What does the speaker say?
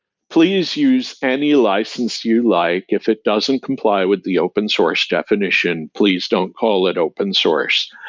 please use any license you like. if it doesn't comply with the open source definition, please don't call it open source,